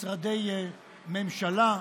משרדי הממשלה,